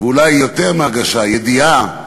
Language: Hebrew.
ואולי יותר מהרגשה, ידיעה,